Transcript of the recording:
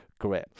Great